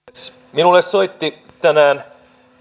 minulle soitti tänään